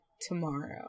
tomorrow